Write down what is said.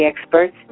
experts